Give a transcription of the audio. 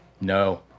No